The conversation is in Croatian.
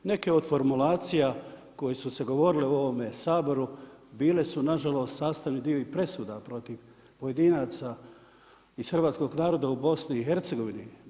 Neke od formulacija koje su se govorile u ovome Saboru bile su nažalost sastavni dio i presuda protiv pojedinaca iz hrvatskog naroda u BiH-u.